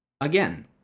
Again